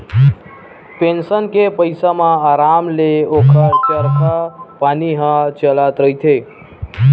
pension के पइसा म अराम ले ओखर खरचा पानी ह चलत रहिथे